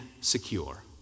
secure